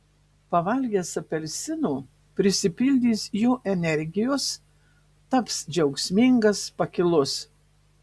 pavalgęs apelsino prisipildys jo energijos taps džiaugsmingas pakilus